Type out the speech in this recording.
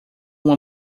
uma